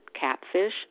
catfish